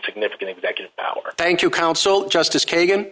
significant executive power thank you counsel justice kagan